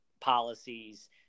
policies